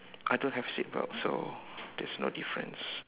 I don't have seatbelt so there is no difference